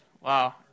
Wow